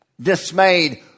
dismayed